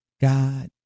God